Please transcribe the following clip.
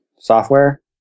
software